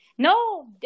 No